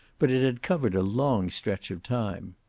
but it had covered a long stretch of time.